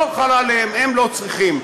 לא חלה עליהם, הם לא צריכים,